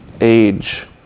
age